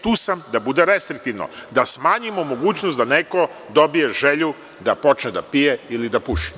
Tu sam da bude restriktivno, da smanjimo mogućnost da neko dobije želju da počne da pije ili da puši.